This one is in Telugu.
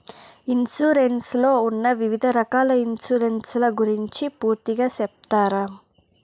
ఇన్సూరెన్సు లో ఉన్న వివిధ రకాల ఇన్సూరెన్సు ల గురించి పూర్తిగా సెప్తారా?